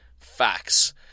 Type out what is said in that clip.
Facts